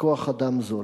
ככוח-אדם זול.